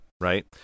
right